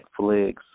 Netflix